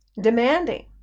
demanding